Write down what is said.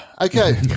Okay